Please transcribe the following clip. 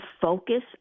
focus